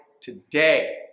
today